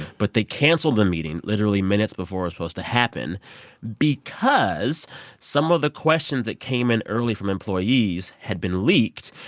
but they canceled the meeting literally minutes before it's supposed to happen because some of the questions that came in early from employees had been leaked.